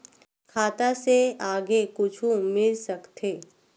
खाता से आगे कुछु मिल सकथे?